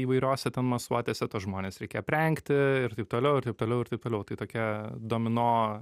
įvairiose ten masuotėse tuos žmones reikia aprengti ir taip toliau ir taip toliau ir taip toliau tai tokia domino